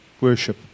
worship